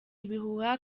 ibihuha